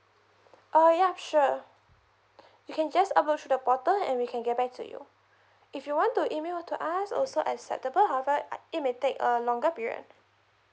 oh yup sure you can just upload through the portal and we can get back to you if you want to email to us also acceptable however uh it may take a longer period